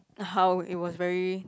how it was very